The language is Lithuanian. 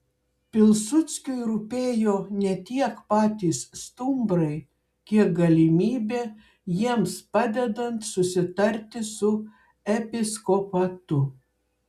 pilsudskiui rūpėjo ne tiek patys stumbrai kiek galimybė jiems padedant susitarti su episkopatu